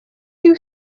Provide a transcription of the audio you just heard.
two